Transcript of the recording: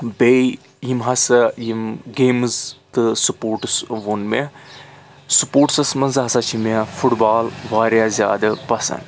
تہٕ بے یِم ہسا یِم گیمٕز تہٕ سٕپوٹٕس ووٚن مےٚ سٕپوٹٕسَس منٛز ہسا چھِ مےٚ فُٹ بال واریاہ زیادٕ پسنٛد